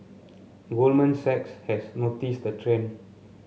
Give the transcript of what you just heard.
goldman Sachs has noticed the trend